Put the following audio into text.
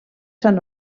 sant